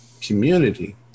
community